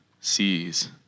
sees